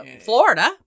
Florida